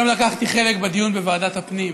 היום לקחתי חלק בדיון בוועדת הפנים.